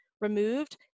removed